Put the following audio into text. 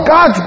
God